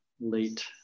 late